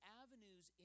avenues